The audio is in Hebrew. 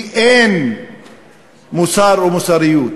כי אין מוסר או מוסריות.